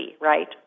right